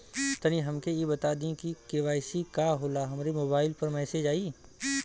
तनि हमके इ बता दीं की के.वाइ.सी का होला हमरे मोबाइल पर मैसेज आई?